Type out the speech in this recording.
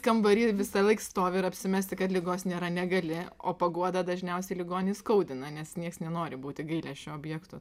kambary visąlaik stovi ir apsimesti kad ligos nėra negali o paguoda dažniausiai ligonį skaudina nes niekas nenori būti gailesčio objektu